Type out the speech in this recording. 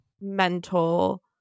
Mental